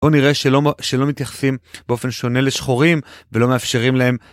או נראה שלא מתייחסים באופן שונה לשחורים ולא מאפשרים להם